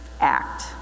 act